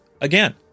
again